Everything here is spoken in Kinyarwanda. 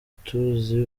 tuzi